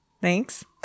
Thanks